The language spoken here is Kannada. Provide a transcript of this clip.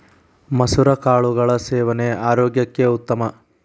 ಮಸುರ ಕಾಳುಗಳ ಸೇವನೆ ಆರೋಗ್ಯಕ್ಕೆ ಉತ್ತಮ